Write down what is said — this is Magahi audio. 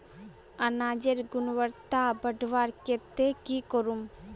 अनाजेर गुणवत्ता बढ़वार केते की करूम?